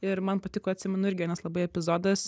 ir man patiko atsimenu irgi vienas labai epizodas